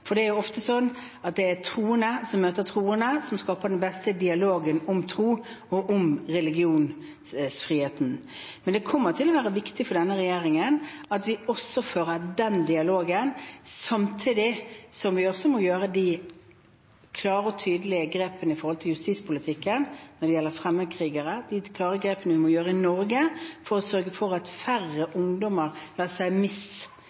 For det er ofte sånn at det er troende som møter troende, som skaper den beste dialogen om tro og om religionsfriheten. Men det kommer til å være viktig for denne regjeringen at vi fører den dialogen samtidig som vi også må ta de klare og tydelige grepene i justispolitikken når det gjelder fremmedkrigere – de klare grepene vi må ta i Norge for å sørge for at færre ungdommer lar seg